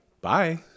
bye